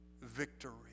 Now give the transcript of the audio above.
victory